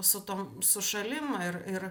su tom su šalim ir ir